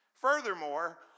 Furthermore